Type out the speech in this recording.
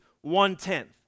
one-tenth